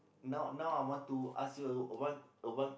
now now I want to ask you a a one a one